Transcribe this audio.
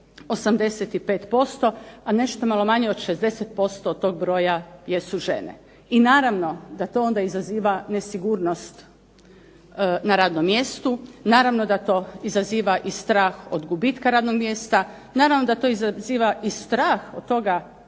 85%, a nešto malo manje od 60% od toga broja jesu žene. I naravno da to onda izaziva nesigurnost na radnom mjestu, naravno da to izaziva i strah od gubitka radnog mjesta, naravno da to izaziva i strah od toga